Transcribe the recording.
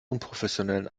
unprofessionellen